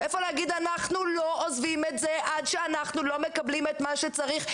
איפה להגיד אנחנו לא עוזבים את זה עד שאנחנו לא מקבלים את מה שצריך,